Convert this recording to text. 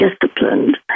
disciplined